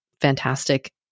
fantastic